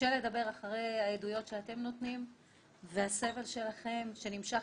לדבר אחרי ששומעים את העדויות שלכם על הסבל שלכם שנמשך